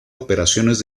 operaciones